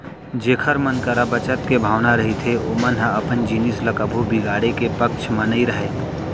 जेखर मन करा बचत के भावना रहिथे ओमन ह अपन जिनिस ल कभू बिगाड़े के पक्छ म नइ रहय